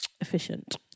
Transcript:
efficient